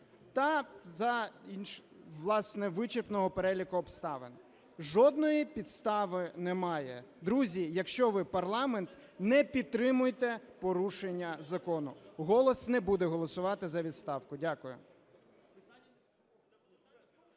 власне, вичерпного переліку обставин. Жодної підстави немає. Друзі, якщо ви парламент, не підтримуйте порушення закону. "Голос" не буде голосувати за відставку. Дякую.